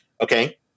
Okay